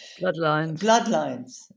bloodlines